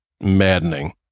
maddening